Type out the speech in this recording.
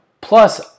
Plus